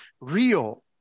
real